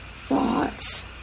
thoughts